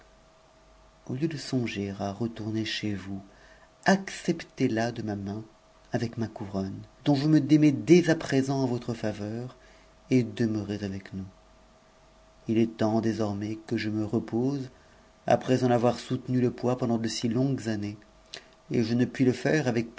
au lieu de songer à chez vous acceptez la de ma main avec ma couronne dont je me démets dès à présent en votre faveur et demeurez avec no h est temps désormais que je me repose après en avoir soutenu le non pendant de si longues années et je ne puis le faire avec